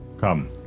come